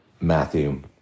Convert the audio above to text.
Matthew